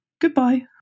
Goodbye